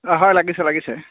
হয় লাগিছে লাগিছে